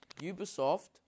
Ubisoft